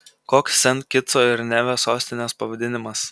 koks sent kitso ir nevio sostinės pavadinimas